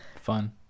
fun